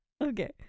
Okay